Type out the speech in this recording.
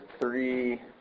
three